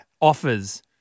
offers